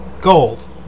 Gold